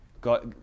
got